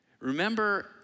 Remember